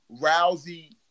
Rousey